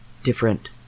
Different